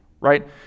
Right